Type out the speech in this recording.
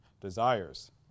desires